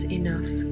enough